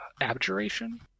abjuration